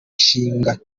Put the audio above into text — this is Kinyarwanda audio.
nshinga